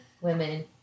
women